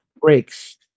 breaks